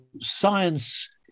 science